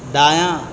دایاں